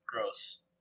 gross